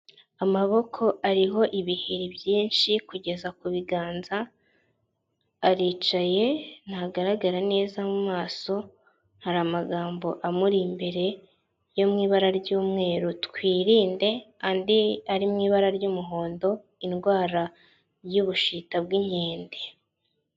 Amaboko ariho ibiheri byinshi kugeza ku biganza, aricaye ntagaragara neza mu maso, hari amagambo amuri imbere yo mu ibara ry'umweru, twirinde andi ari mu ibara ry'umuhondo indwara y'ubushita bw'inkende.